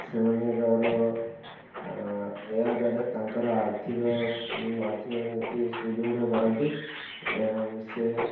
ସେମାନଙ୍କର ଏହାଦ୍ୱାରା ତାଙ୍କର ଆର୍ଥିକ ଆର୍ଥିକ ନୀତି ସୁଦୃଢ଼ କରନ୍ତି ଏବଂ ସେ